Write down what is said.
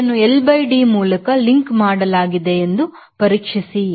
ಇದನ್ನು LD ಮೂಲಕ link ಮಾಡಲಾಗಿದೆ ಪರೀಕ್ಷಿಸಿ